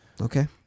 Okay